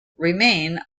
remain